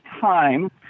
time